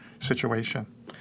situation